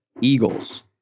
Eagles